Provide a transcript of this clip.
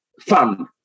fun